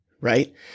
Right